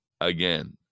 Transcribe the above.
again